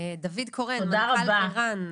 דוד קורן מנכ"ל ער"ן,